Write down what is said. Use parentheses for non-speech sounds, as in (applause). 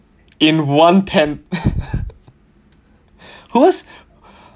in one tent (breath) who was